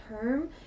term